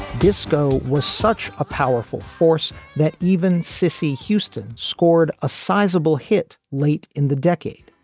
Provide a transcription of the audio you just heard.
disco was such a powerful force that even cissy houston scored a sizable hit late in the decade.